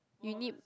we need